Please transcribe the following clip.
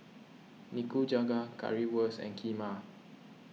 Nikujaga Currywurst and Kheema